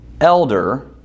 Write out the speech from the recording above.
elder